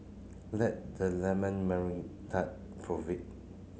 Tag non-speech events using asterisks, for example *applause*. let the lemon *unintelligible* tart prove it